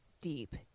deep